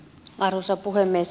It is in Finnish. arvoisa puhemies